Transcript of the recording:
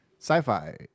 Sci-fi